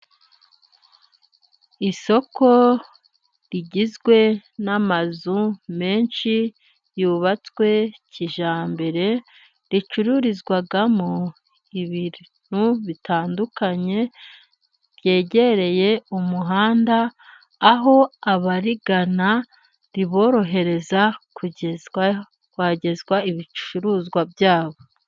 Isoko rigizwe n'amazu menshi yubatswe kijyambere, ricururizwamo ibintu bitandukanye, byegereye umuhanda ,aho abarigana riborohereza kugezwa kuhageza ibicuruzwa byabo.